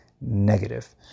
negative